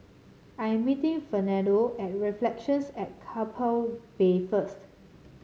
I am meeting Fernando at Reflections at Keppel Bay first